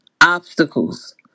obstacles